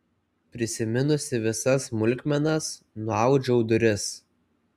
prisiminusi visas smulkmenas nuaudžiau duris